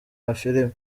amafilimi